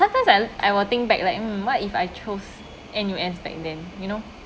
sometimes I I would think back like mm what if I chose N_U_S back then you know